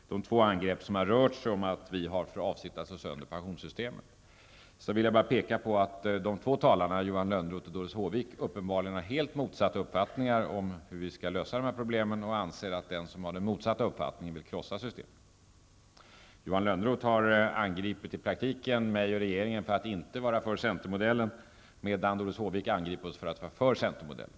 Det är två angrepp som har rört sig om att vi har för avsikt att slå sönder pensionssystemet. Jag vill då peka på att de två talarna, Johan Lönnroth och Doris Håvik, uppenbarligen har helt motsatta uppfattningar om hur vi skall lösa problemen och anser att den som har den motsatta uppfattningen vill krossa systemet. Johan Lönnroth har angripit i praktiken mig och regeringen för att inte vara för centermodellen, medan Doris Håvik angripit oss för att vara för centermodellen.